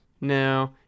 No